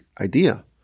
idea